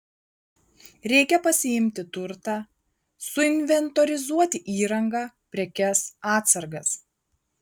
reikia pasiimti turtą suinventorizuoti įrangą prekes atsargas